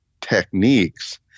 techniques